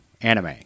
anime